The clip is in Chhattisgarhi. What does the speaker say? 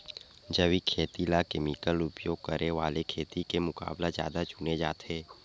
जैविक खेती ला केमिकल उपयोग करे वाले खेती के मुकाबला ज्यादा चुने जाते